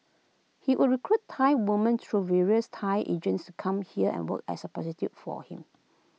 he would recruit Thai women through various Thai agents to come here and work as prostitutes for him